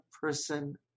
person